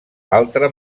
altra